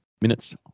minutes